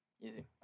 easy